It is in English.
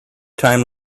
time